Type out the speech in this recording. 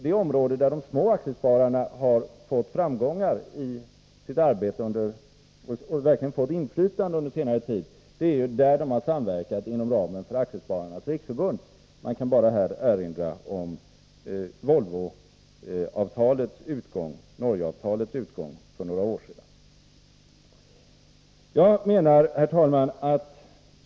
Det område där de små aktiespararna verkligen har fått framgångar och inflytande under senare tid är där de har samverkat inom ramen för Aktiespararnas riksförbund; man kan bara erinra om utgången av Volvos Norgeavtal för några år sedan. Herr talman!